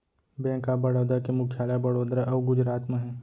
bank of Baroda के मुख्यालय बड़ोदरा अउ गुजरात म हे